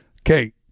Okay